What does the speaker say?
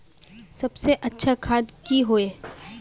सबसे अच्छा खाद की होय?